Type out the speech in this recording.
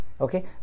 Okay